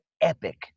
epic